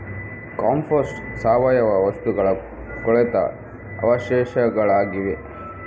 compost ಸಾವಯವ ವಸ್ತುಗಳ ಕೊಳೆತ ಅವಶೇಷಗಳಾಗಿವೆ